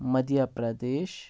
Madhya Pradesh